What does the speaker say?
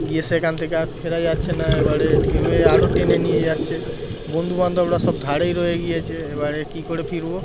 গিয়ে সেখান থেকে আর ফেরা যাচ্ছে না এবারে ঢেউয়ে আরও টেনে নিয়ে যাচ্ছে বন্ধুবান্ধবরা সব ধারেই রয়ে গিয়েছে এবারে কী করে ফিরব